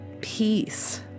peace